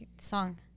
Song